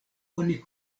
oni